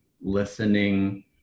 listening